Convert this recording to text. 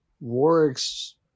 Warwick's